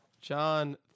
John